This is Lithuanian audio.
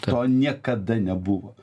to niekada nebuvo